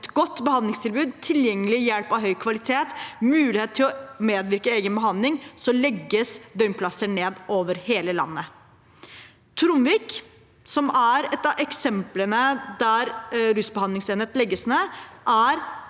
et godt behandlingstilbud, tilgjengelig hjelp av høy kvalitet og mulighet til å medvirke i egen behandling, legges døgnplasser ned over hele landet. Tronvik, som er et av eksemplene der rusbehandlingsenhet legges ned, er